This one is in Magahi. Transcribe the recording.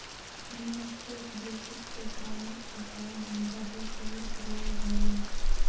हमर स्टॉक ब्रोकर के परामर्श के कारण हमरा दो करोड़ के लाभ होलय